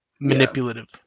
manipulative